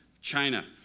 China